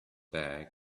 bag